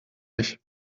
ich